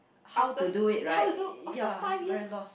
after how to do also five years